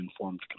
informed